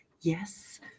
Yes